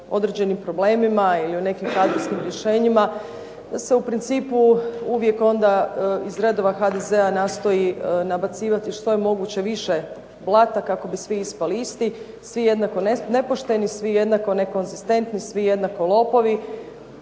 određenim problemima ili o nekim kadrovskim rješenjima, da se u principu uvijek onda iz redova HDZ-a nastoji nabacivati što je moguće više blata kako bi svi ispali isti, svi jednako nepošteni, svi jednako nekonzistentni, svi jednako lopovi.